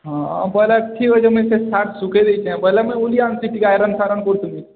ହଁ ବୋଇଲେ ଠିକ୍ ଅଛି ମୁଇଁ ସେ ସାର୍ଟ୍ ସୁଖେଇ ଦେଇଛେଁ ବୋଇଲେ ମୁଇଁ ଉଲି ଆଣିଛେ ଟିକେ ଆଇରନ୍ଫାଇରନ୍ କରୁଥିନି